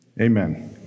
Amen